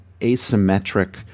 asymmetric